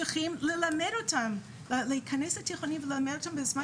צריך להיכנס לתיכוניים וללמד אותם בזמן